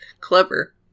Clever